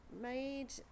made